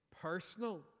personal